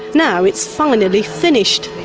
now, it's finally finished.